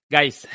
Guys